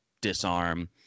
disarm